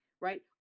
right